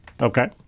Okay